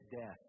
death